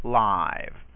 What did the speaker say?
live